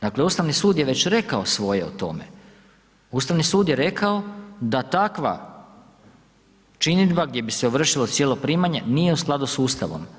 Dakle, Ustavni sud je već rekao svoje o tome, Ustavni sud je rekao da takva činidba gdje bi se ovršilo cijelo primanje nije u skladu s Ustavom.